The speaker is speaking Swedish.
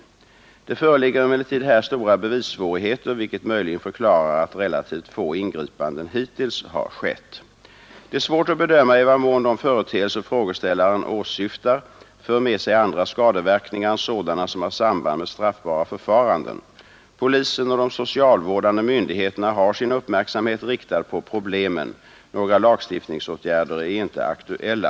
Det föreligger emellertid här stora bevissvårigheter, vilket möjligen förklarar att relativt få ingripanden hittills har skett. Det är svårt att bedöma i vad mån de företeelser frågeställaren åsyftar för med sig andra skadeverkningar än sådana som har samband med straffbara förfaranden. Polisen och de socialvårdande myndigheterna har sin uppmärksamhet riktad på problemen. Några lagstiftningsåtgärder är inte aktuella.